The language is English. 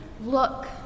look